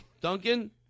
Duncan